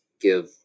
give